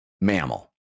mammal